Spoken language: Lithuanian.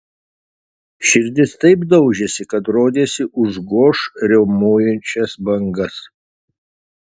širdis taip daužėsi kad rodėsi užgoš riaumojančias bangas